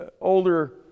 older